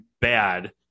bad